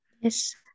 Yes